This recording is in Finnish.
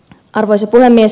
arvoisa puhemies